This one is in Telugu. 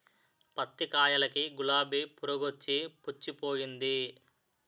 పత్తి కాయలకి గులాబి పురుగొచ్చి పుచ్చిపోయింది